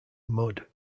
mud